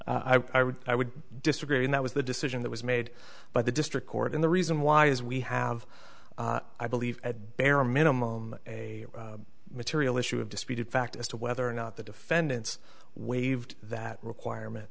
we i would i would disagree and that was the decision that was made by the district court in the reason why is we have i believe at bare minimum a material issue of disputed fact as to whether or not the defendants waived that requirement